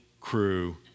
crew